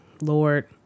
lord